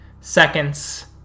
seconds